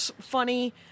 funny